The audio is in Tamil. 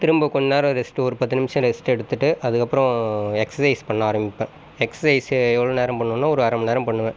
திரும்ப கொஞ்சம் நேரம் ரெஸ்ட்டு ஒரு பத்து நிமிஷம் ரெஸ்ட்டு எடுத்துகிட்டு அதுக்கப்புறம் எக்ஸஸைஸ் பண்ண ஆரம்பிப்பேன் எக்ஸஸைஸ்ஸு எவ்வளோ நேரம் பண்ணுவேன்னா ஒரு அரை மணி நேரம் பண்ணுவேன்